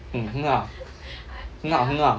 mm 很好很好